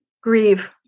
Grieve